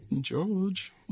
George